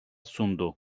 sundu